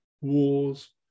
wars